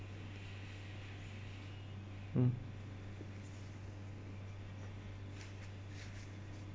mm